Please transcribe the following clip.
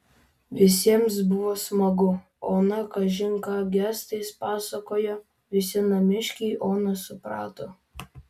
visiems buvo smagu ona kažin ką gestais pasakojo visi namiškiai oną suprato